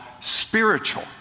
spiritual